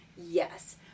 Yes